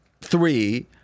three